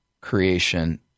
creation